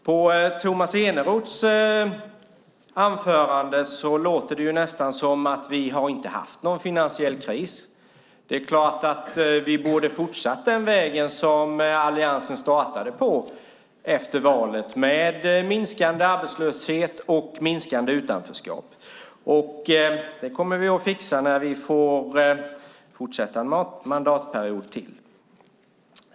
På Tomas Eneroths anförande lät det nästan som att vi inte har haft någon finansiell kris. Vi borde ha fortsatt den väg som alliansen startade på efter valet med minskande arbetslöshet och minskande utanförskap. Det kommer vi att fixa när vi får fortsätta en mandatperiod till.